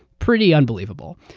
pretty unbelievable.